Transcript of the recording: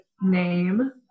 name